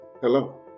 hello